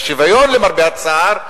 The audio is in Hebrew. והשוויון, למרבה הצער,